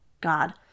God